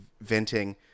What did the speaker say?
venting